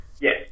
Yes